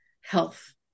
health